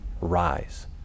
rise